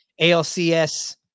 ALCS